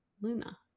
Luna